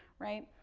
right.